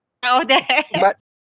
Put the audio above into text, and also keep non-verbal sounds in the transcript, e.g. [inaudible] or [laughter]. around there [laughs]